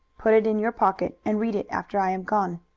put it in your pocket, and read it after i am gone.